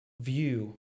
view